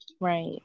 right